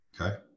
okay